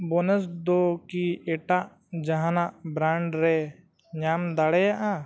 buns ᱫᱚᱠᱤ ᱮᱴᱟᱜ ᱡᱟᱦᱟᱱᱟᱜ ᱵᱨᱟᱱᱰ ᱨᱮ ᱧᱟᱢ ᱫᱟᱲᱮᱭᱟᱜᱼᱟ